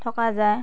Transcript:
থকা যায়